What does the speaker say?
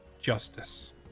justice